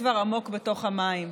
בתוך המים,